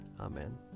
Amen